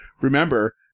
Remember